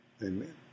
Amen